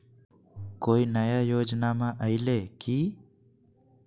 कोइ नया योजनामा आइले की?